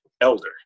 elder